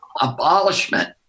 abolishment